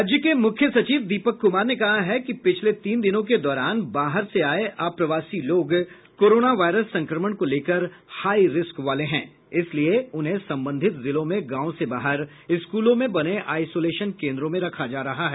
राज्य के मुख्य सचिव दीपक कुमार ने कहा है कि पिछले तीन दिनों के दौरान बाहर से आये अप्रवासी लोग कोरोना वायरस संक्रमण को लेकर हाईरिस्क वाले हैं इसलिए उन्हें संबंधित जिलों में गांव से बाहर स्कूलों में बने आइसोलेशन केन्द्रों में रखा जा रहा है